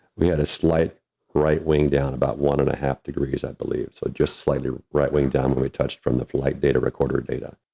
we had a slight right wing down about one and a half degrees i believe. so just slightly right wing down when we touched from the flight data recorder data.